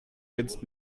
jetzt